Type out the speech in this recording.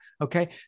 Okay